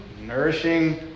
nourishing